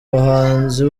bahanzi